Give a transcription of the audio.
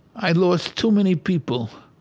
i've lost too many people.